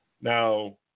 now